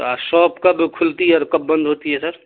shop کب کھلتی ہے اور کب بند ہوتی ہے سر